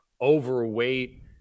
overweight